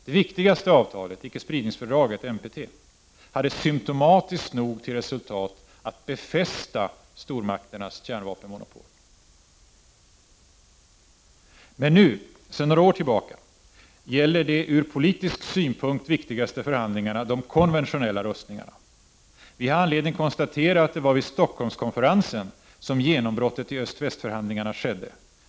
Det viktigaste avtalet, icke-spridningsfördraget, NPT, fick symptomatiskt nog till resultat att befästa stormakternas kärnvapenmonopol. Men nu — sedan några år tillbaka — gäller de ur politisk synpunkt viktigaste förhandlingarna de konventionella rustningarna. Vi har anledning konstatera att det var vid Stockholmskonferensen som genombrottet i öst-väst-förhandlingarna skedde.